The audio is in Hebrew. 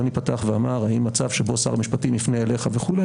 אדוני פתח ואמר האם מצב שבו שר משפטים יפנה אליך וכו',